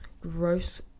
Gross